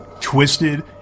Twisted